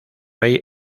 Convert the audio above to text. rey